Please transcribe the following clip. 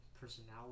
personality